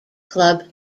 club